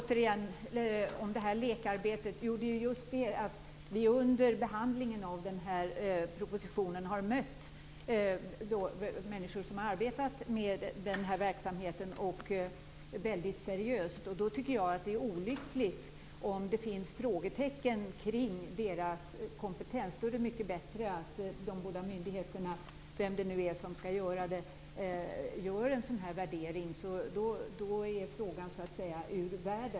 Fru talman! Återigen till lekarbetet. Under behandlingen av propositionen har vi mött människor som har arbetat med verksamheten väldigt seriöst. Jag tycker att det är olyckligt om det finns frågetecken kring deras kompetens. Då är det mycket bättre att myndigheterna - eller vem det nu är som skall göra det - gör en värdering. Då är frågan ur världen.